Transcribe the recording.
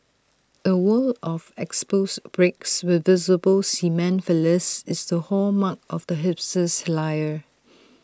A wall of exposed bricks with visible cement fillers is the hallmark of the hipster's lair